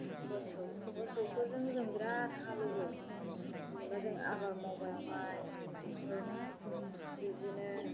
मोसौ मोसौफोरजों जों बिराद हालेवो जेनेबा जों आबाद मावबाय माइ बेसर बिदिनो